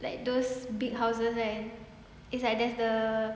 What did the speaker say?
like those big houses kan it's like that's the